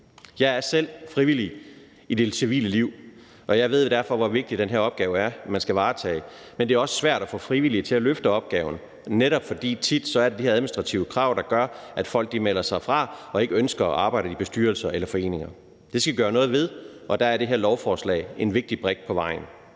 Jeg er selv frivillig i det civile liv, og jeg ved derfor, hvor vigtig den her opgave, man skal varetage, er. Men det er også svært at få frivillige til at løfte opgaven, netop fordi der tit er de her administrative krav, der gør, at folk melder fra og ikke ønsker at arbejde i bestyrelser eller foreninger. Det skal vi gøre noget ved, og der er det her lovforslag en vigtig brik.